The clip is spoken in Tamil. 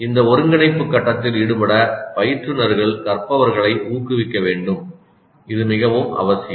இந்த ஒருங்கிணைப்பு கட்டத்தில் ஈடுபட பயிற்றுனர்கள் கற்பவர்களை ஊக்குவிக்க வேண்டும் இது மிகவும் அவசியம்